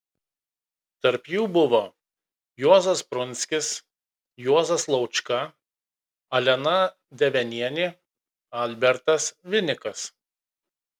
tarp jų buvo juozas prunskis juozas laučka alena devenienė albertas vinikas